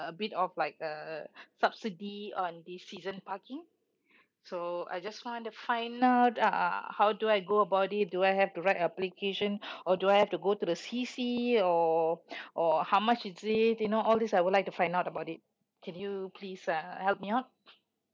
a bit of like uh subsidy on the season parking so I just want to find out uh how do I go about it do I have to write a application or do I have to go to the C_C or or how much is it you know all this I would like to find out about it can you please uh help me out